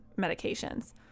medications